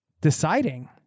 deciding